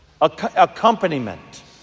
accompaniment